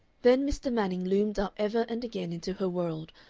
then mr. manning loomed up ever and again into her world,